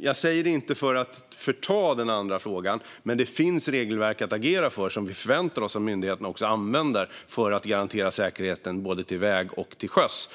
Detta säger jag inte för att tona ned den andra frågan, men det finns alltså regelverk att agera efter som vi förväntar oss att myndigheterna också använder för att garantera säkerheten på väg och till sjöss.